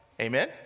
Amen